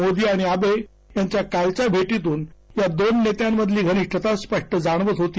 मोदी आणि आबे यांच्या कालच्या भेटीतून या दोन नेत्यांमधील घनिष्ठता स्पष्ट जाणवत होती